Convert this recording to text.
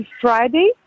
Friday